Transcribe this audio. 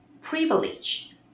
Privilege